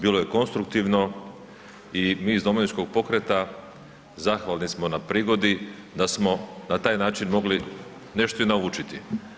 Bilo je konstruktivno i mi iz Domovinskog pokreta zahvalni smo na prigodi da smo na taj način mogli nešto i naučiti.